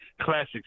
classic